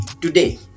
today